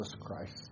Christ